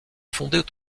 fondé